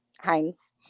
Heinz